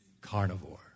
carnivore